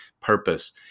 purpose